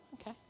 okay